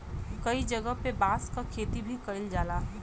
कई जगह पे बांस क खेती भी कईल जाला